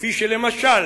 כפי שלמשל